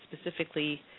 specifically